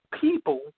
people